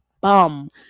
bum